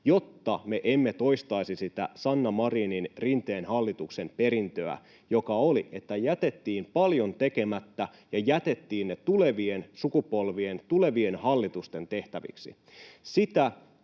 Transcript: jotta me emme toistaisi sitä Marinin—Rinteen hallituksen perintöä, joka oli se, että jätettiin paljon tekemättä ja jätettiin ne tulevien sukupolvien, tulevien hallitusten tehtäviksi.